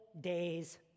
day's